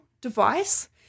device